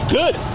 good